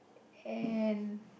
and